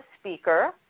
speaker